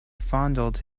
fondled